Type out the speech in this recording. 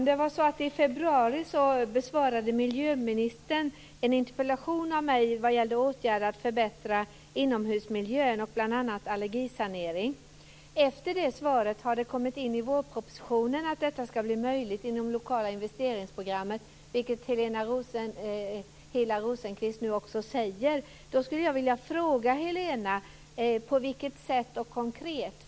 Herr talman! I februari besvarade miljöministern en interpellation av mig vad gäller åtgärder för att förbättra inomhusmiljön, bl.a. allergisanering. Efter det svaret har det kommit in i vårpropositionen att detta skall bli möjligt inom lokala investeringsprogram, vilket Helena Hillar Rosenqvist också nämner. Då skulle jag vilja fråga henne: På vilket sätt konkret?